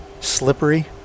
slippery